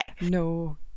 No